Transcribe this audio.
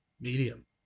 medium